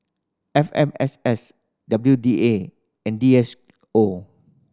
F M S S W D A and D S O